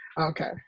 Okay